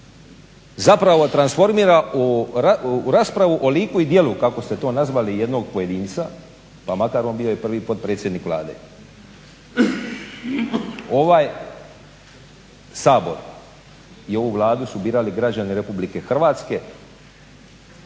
zapravo transformira u raspravu o liku i djelu kako ste to nazvali jednog pojedinca pa makar on bio i prvi potpredsjednik Vlade. Ovaj Sabor i ovu Vladu su birali građani RH, izabrali